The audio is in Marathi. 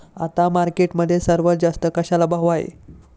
आता मार्केटमध्ये सर्वात जास्त कशाला भाव आहे?